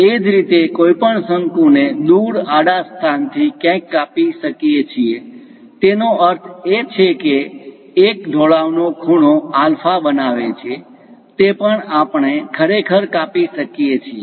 એ જ રીતે કોઈપણ શંકુ ને દૂર આડા સ્થાનથી ક્યાંક કાપી શકીએ છીએ તેનો અર્થ એ છે કે એક ઢોળાવ નો ખૂણો આલ્ફા બનાવે છે તે પણ આપણે ખરેખર કાપી શકીએ છીએ